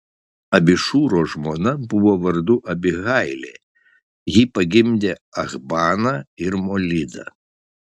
abišūro žmona buvo vardu abihailė ji pagimdė achbaną ir molidą